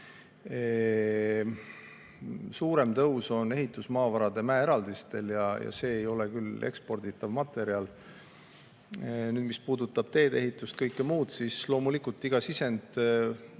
Suurem tõus on ehitusmaavarade mäeeraldistel ja see ei ole eksporditav materjal. Mis puudutab tee-ehitust ja kõike muud, siis loomulikult võib iga sisendi